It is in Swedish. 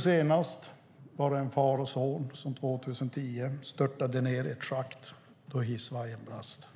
Senast var det en far och son som 2010 störtade ned i ett schakt då hissvajern brast.